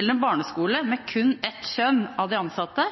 eller en barneskole med kun ett kjønn blant de ansatte